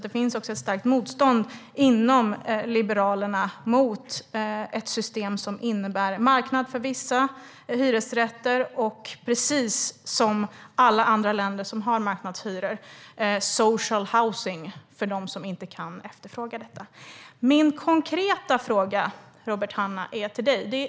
Det finns ett starkt motstånd inom Liberalerna mot ett system som innebär marknad för vissa hyresrätter och, precis som i alla andra länder som har marknadshyror, social housing för dem som inte kan efterfråga det. Jag har en konkret fråga till dig, Robert Hannah.